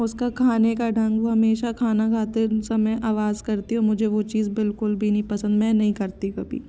उसका खाने का ढंग वो हमेशा खाना खाते समय आवाज करती है मुझे वो चीज बिल्कुल भी नहीं पसंद मैं नहीं करती कभी